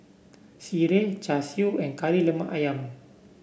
sireh Char Siu and Kari Lemak ayam